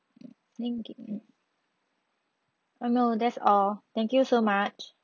thank you no that's all thank you so much